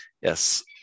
yes